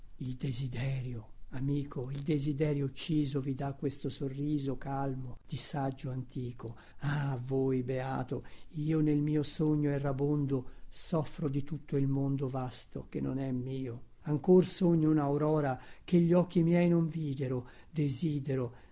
il desiderio amico il desiderio ucciso vi dà questo sorriso calmo di saggio antico ah voi beato io nel mio sogno errabondo soffro di tutto il mondo vasto che non è mio ancor sogno unaurora che gli occhi miei non videro desidero